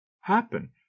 happen